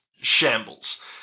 shambles